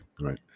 right